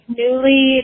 newly